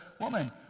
Woman